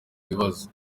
ibibazo